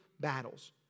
battles